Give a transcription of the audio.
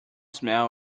smell